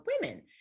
women